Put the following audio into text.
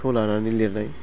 खौ लानानै लिरनाय